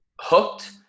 hooked